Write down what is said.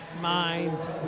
mind